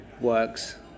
works